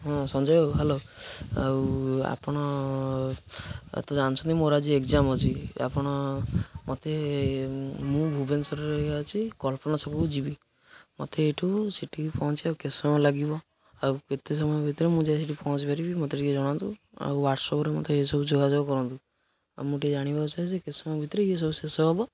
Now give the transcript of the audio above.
ହଁ ସଞ୍ଜୟ ହେଲୋ ଆଉ ଆପଣ ତ ଜାଣିଛନ୍ତି ମୋର ଆଜି ଏଗଜାମ ଅଛି ଆପଣ ମୋତେ ମୁଁ ଭୁବନେଶ୍ୱରରେ ଅଛି କଳ୍ପନା ଛକକୁ ଯିବି ମୋତେ ଏଇଠୁ ସେଠିକି ପହଞ୍ଚିବାକୁ ଆଉ କେତେ ସମୟ ଲାଗିବ ଆଉ କେତେ ସମୟ ଭିତରେ ମୁଁ ଯାଇ ସେଠି ପହଞ୍ଚି ପାରିବି ମୋତେ ଟିକେ ଜଣାନ୍ତୁ ଆଉ ହ୍ୱାୱାଟସପ୍ରେ ମୋତେ ଏସବୁ ଯୋଗାଯୋଗ କରନ୍ତୁ ଆଉ ମୁଁ ଟିକେ ଜାଣିବାକୁ ଚାହୁଁଛି ଯେ କେତେ ସମୟ ଭିତରେ ଇଏ ସବୁ ଶେଷ ହେବ